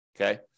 Okay